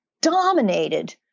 dominated